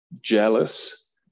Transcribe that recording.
jealous